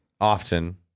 Often